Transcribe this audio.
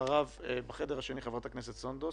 אחריו חברת הכנסת סונדוס